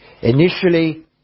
Initially